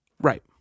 Right